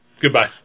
Goodbye